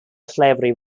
slavery